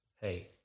hey